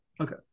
Okay